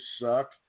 suck